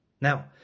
Now